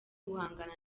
guhangana